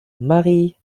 marie